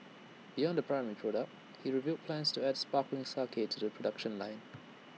beyond the primary product he revealed plans to add sparkling sake to the production line